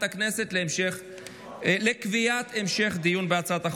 הכנסת לקביעת המשך דיון בהצעת החוק.